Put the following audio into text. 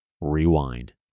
Rewind